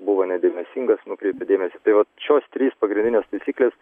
buvo nedėmesingas nukreipė dėmesį tai vat šios trys pagrindinės taisyklės